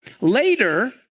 Later